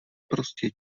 prostě